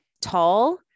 tall